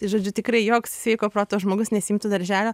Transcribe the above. tai žodžiu tikrai joks sveiko proto žmogus nesiimtų darželio